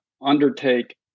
undertake